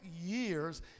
years